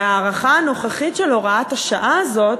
בהארכה הנוכחית של הוראת השעה הזאת,